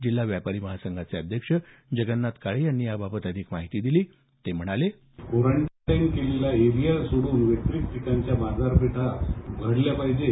जिल्हा व्यापारी महासंघाचे अध्यक्ष जगन्नाथ काळे यांनी याबाबत अधिक माहिती दिली ते म्हणाले कोरंन्टाइन परिसर सोडून इतर ठिकानच्या बाजारपेठा भरल्या पाहिजेत